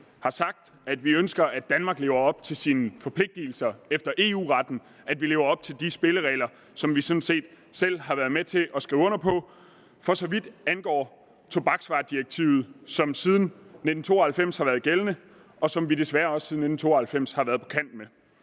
har sagt, at vi ønsker, at Danmark lever op til sine forpligtelser i EU-retten, at man lever op til de spilleregler, som man sådan set selv har været med til at skrive under på, for så vidt angår tobaksvaredirektivet, som har været gældende siden 1992, og som man siden da desværre også har været på kant med.